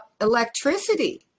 electricity